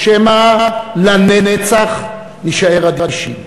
או שמא לנצח נישאר אדישים?